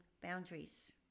boundaries